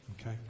Okay